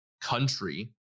country